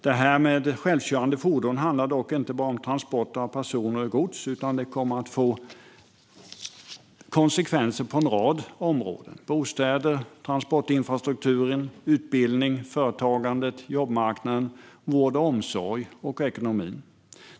Detta med självkörande fordon handlar dock inte bara om transporter av personer och gods, utan det kommer att få konsekvenser på en rad områden: bostäder, transportinfrastruktur, utbildning, företagande, jobbmarknad, vård och omsorg och ekonomi.